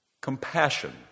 Compassion